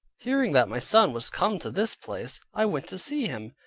hearing that my son was come to this place, i went to see him,